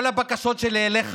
כל הבקשות שלי אליך